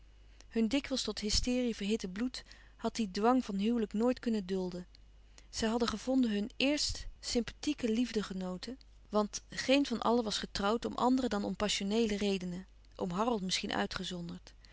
hun dikwijls tot hysterie verhitte bloed had dien dwang van huwelijk nooit kunnen dulden zij hadden gevonden hun éerst sympathieke liefde genooten want geen van allen was getrouwd om andere dan om passioneele redenen oom harold misschien uitgezonderd